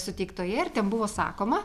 suteiktoje ir ten buvo sakoma